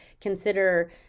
consider